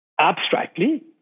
abstractly